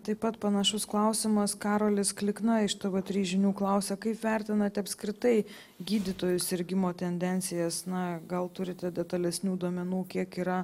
taip pat panašus klausimas karolis klikna iš tv trys žinių klausia kaip vertinate apskritai gydytojų sirgimo tendencijas na gal turite detalesnių duomenų kiek yra